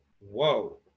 whoa